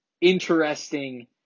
interesting